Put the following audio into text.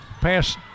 pass